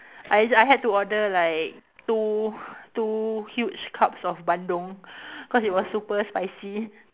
I I had to order like two two huge cups of bandung cause it was super spicy